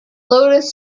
lotus